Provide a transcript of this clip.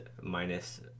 minus